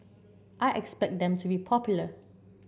I expect them to be popular